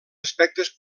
aspectes